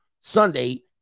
Sunday